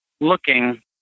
looking